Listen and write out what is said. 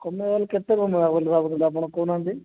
କମାଇବା ବୋଲି କେତେ କମାଇବା ବୋଲି ଭାବୁଛନ୍ତି ଆପଣ କହୁନାହାନ୍ତି